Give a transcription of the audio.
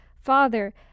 father